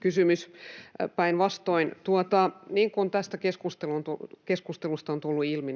kysymys, päinvastoin. Niin kuin tästä keskustelusta on tullut ilmi,